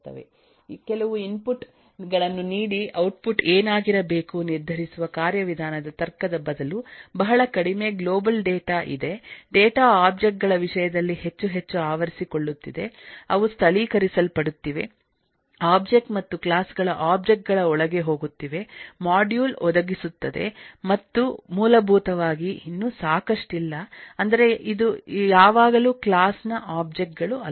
ಕೆಲವು ಇನ್ಪುಟ್ ಗಳನ್ನು ನೀಡಿ ಔಟ್ಪುಟ್ ಏನಾಗಿರಬೇಕು ನಿರ್ಧರಿಸುವ ಕಾರ್ಯವಿಧಾನದ ತರ್ಕದಬದಲುಬಹಳ ಕಡಿಮೆ ಗ್ಲೋಬಲ್ ಡೇಟಾ ಇದೆ ಡೇಟಾ ಒಬ್ಜೆಕ್ಟ್ ಗಳ ವಿಷಯದಲ್ಲಿ ಹೆಚ್ಚು ಹೆಚ್ಚು ಆವರಿಸಿಕೊಳ್ಳುತ್ತಿದೆ ಅವು ಸ್ಥಳೀಕರಿಸಲ್ಪಡುತ್ತಿವೆ ಒಬ್ಜೆಕ್ಟ್ ಮತ್ತು ಕ್ಲಾಸ್ ಗಳ ಒಬ್ಜೆಕ್ಟ್ ಗಳ ಒಳಗೆ ಹೋಗುತ್ತಿವೆ ಮಾಡ್ಯೂಲ್ ಒದಗಿಸುತ್ತದೆ ಮತ್ತು ಮೂಲಭೂತವಾಗಿ ಇನ್ನೂ ಸಾಕಷ್ಟಿಲ್ಲಅಂದರೆ ಇದು ಯಾವಾಗಲೂಕ್ಲಾಸ್ ನ ಒಬ್ಜೆಕ್ಟ್ ಗಳು ಅಲ್ಲ